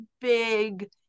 big